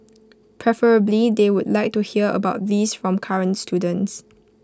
preferably they would like to hear about these from current students